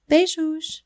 Beijos